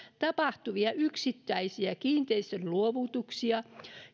tapahtuvia yksittäisiä kiinteistön luovutuksia